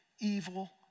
evil